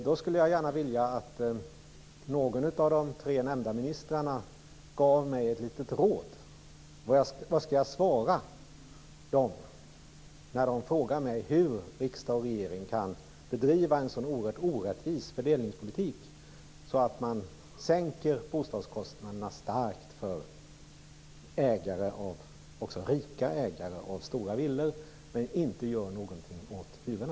Då skulle jag gärna vilja att någon av de tre nämnda ministrarna gav mig ett litet råd: Vad skall jag svara dem när de frågar mig hur riksdag och regering kan bedriva en så oerhört orättvis fördelningspolitik att man sänker bostadskostnaderna starkt för ägare, också rika ägare, av stora villor men inte gör någonting åt hyrorna?